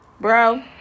bro